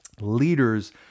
Leaders